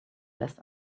less